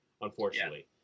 unfortunately